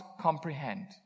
comprehend